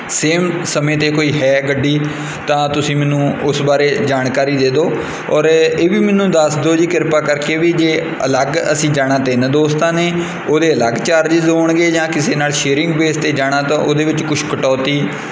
same ਸਮੇਂ 'ਤੇ ਕੋਈ ਹੈ ਗੱਡੀ ਤਾਂ ਤੁਸੀਂ ਮੈਨੂੰ ਉਸ ਬਾਰੇ ਜਾਣਕਾਰੀ ਦੇ ਦਿਓ ਔਰ ਇਹ ਵੀ ਮੈਨੂੰ ਦੱਸ ਦਿਓ ਜੀ ਕਿਰਪਾ ਕਰਕੇ ਵੀ ਜੇ ਅਲੱਗ ਅਸੀਂ ਜਾਣਾ ਤਿੰਨ ਦੋਸਤਾਂ ਨੇ ਉਹਦੇ ਅਲੱਗ ਚਾਰਜਿਸ ਹੋਣਗੇ ਜਾਂ ਕਿਸੇ ਨਾਲ ਸ਼ੇਅਰਿੰਗ ਬੇਸ 'ਤੇ ਜਾਣਾ ਤਾਂ ਉਹਦੇ ਵਿੱਚ ਕੁਛ ਕਟੌਤੀ